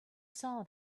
saw